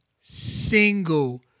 single